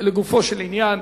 לגופו של עניין,